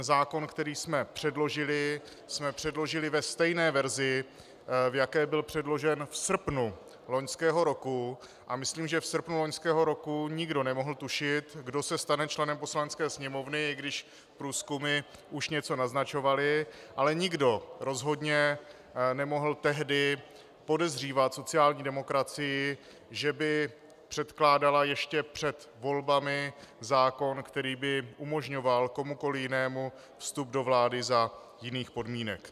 Zákon, který jsme předložili, jsme předložili ve stejné verzi, v jaké byl předložen v srpnu loňského roku, a myslím, že v srpnu loňského roku nikdo nemohl tušit, kdo se stane členem Poslanecké sněmovny, i když průzkumy už něco naznačovaly, ale nikdo rozhodně nemohl tehdy podezřívat sociální demokracii, že by předkládala ještě před volbami zákon, který by umožňoval komukoliv jinému vstup do vlády za jiných podmínek.